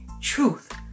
Truth